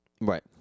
Right